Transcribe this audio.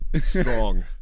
Strong